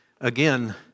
again